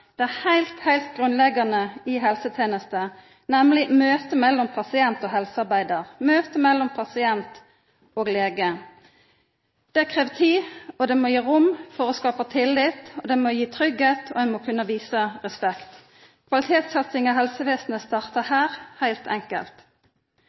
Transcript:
framheva det heilt grunnleggjande i helsetenesta, nemleg møtet mellom pasient og helsearbeidar, møtet mellom pasient og lege. Det krev tid, og det må gi rom for å skapa tillit, det må gi tryggleik, og ein må kunna visa respekt. Kvalitetssatsinga i helsevesenet startar